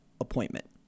appointment